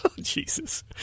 Jesus